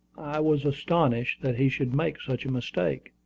i was astonished that he should make such a mistake.